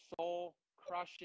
soul-crushing